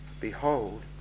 Behold